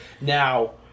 Now